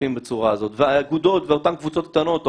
הכספים בצורה הזאת והאגודות ואותן קבוצות קטנות או